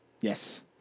Yes